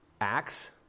Acts